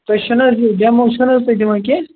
تُہۍ چھُناہ حظ یہِ ڈٮ۪مو چھُنہٕ حظ دِوان تُہۍ کیٚنٛہہ